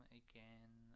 again